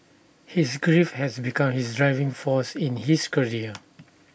his grief has become his driving force in his career